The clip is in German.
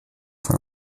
von